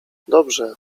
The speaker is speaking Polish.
dobrze